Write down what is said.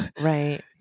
Right